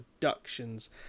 Productions